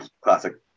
classic